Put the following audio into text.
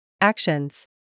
Actions